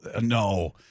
no